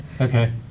Okay